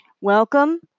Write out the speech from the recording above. Welcome